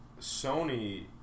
Sony